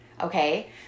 Okay